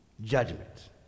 judgment